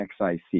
XIC